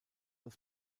das